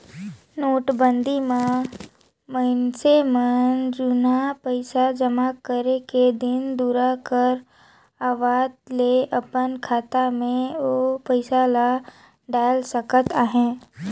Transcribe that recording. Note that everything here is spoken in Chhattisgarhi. नोटबंदी म मइनसे मन जुनहा पइसा जमा करे के दिन दुरा कर आवत ले अपन खाता में ओ पइसा ल डाएल सकत अहे